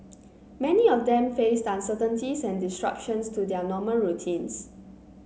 many of them faced uncertainties and disruptions to their normal routines